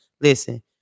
listen